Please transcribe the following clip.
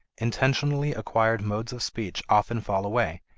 intentionally acquired modes of speech often fall away,